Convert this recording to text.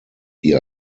die